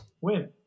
win